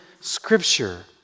scripture